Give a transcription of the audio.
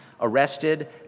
arrested